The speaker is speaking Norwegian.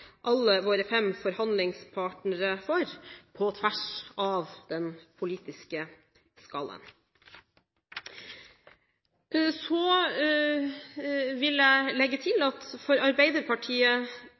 alle våre fem forhandlingspartnere for på tvers av den politiske skalaen. Så vil jeg legge til